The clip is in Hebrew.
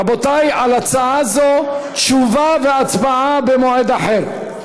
רבותיי, על הצעה זו תשובה והצבעה במועד אחר.